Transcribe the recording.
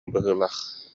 быһыылаах